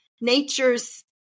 nature's